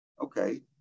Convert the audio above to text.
Okay